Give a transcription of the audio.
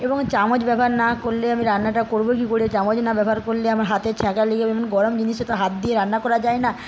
এবং চামচ ব্যবহার না করলে আমি রান্নাটা করব কি করে চামচ না ব্যবহার করলে আমার হাতে ছ্যাঁকা লেগে যাবে কারণ গরম জিনিসে তো হাত দিয়ে রান্না করা যায় না